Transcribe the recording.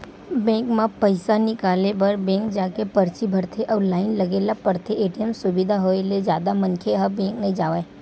bank म पइसा निकाले बर बेंक जाके परची भरथे अउ लाइन लगे ल परथे, ए.टी.एम सुबिधा होय ले जादा मनखे ह बेंक नइ जावय